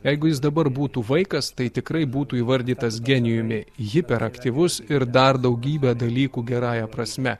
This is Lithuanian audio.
jeigu jis dabar būtų vaikas tai tikrai būtų įvardytas genijumi hiperaktyvus ir dar daugybę dalykų gerąja prasme